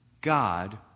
God